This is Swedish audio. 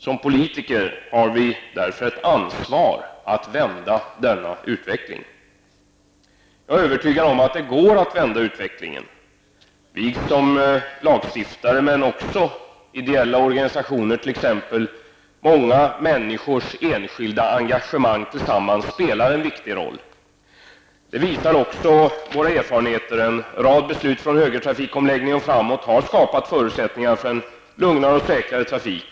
Som politiker har vi därför ett ansvar att vända denna utveckling, och jag är övertygad om att det går att åstadkomma det. Vi som lagstiftare men också de ideella organisationerna och många enskilda människors engagemang spelar tillsammans en viktig roll. Det visar också erfarenheterna. En rad beslut alltsedan högertrafikomläggningen och framåt har skapat förutsättningar för en lugnare och säkrare trafik.